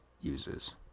uses